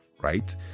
right